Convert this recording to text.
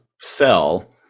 sell